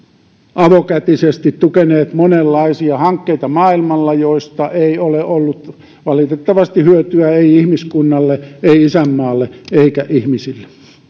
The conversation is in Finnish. avokätisesti tukeneet monenlaisia hankkeita maailmalla joista ei ole valitettavasti ollut hyötyä ei ihmiskunnalle ei isänmaalle eikä ihmisille